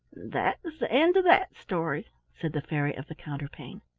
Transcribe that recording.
that is the end of that story, said the fairy of the counterpane.